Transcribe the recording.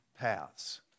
paths